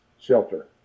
shelter